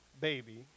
baby